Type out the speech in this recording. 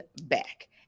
back